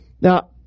Now